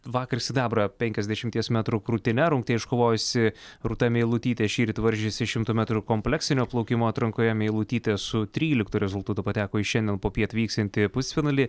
vakar sidabrą penkiasdešimties metrų krūtine rungtyje iškovojusi rūta meilutytė šįryt varžėsi šimto metrų kompleksinio plaukimo atrankoje meilutytė su tryliktu rezultatu pateko į šiandien popiet vyksiantį pusfinalį